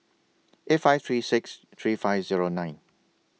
eight five three six three five Zero nine